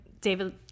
David